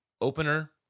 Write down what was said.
opener